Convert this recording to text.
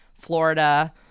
Florida